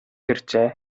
иржээ